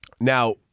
Now